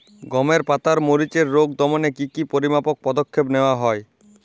গমের পাতার মরিচের রোগ দমনে কি কি পরিমাপক পদক্ষেপ নেওয়া হয়?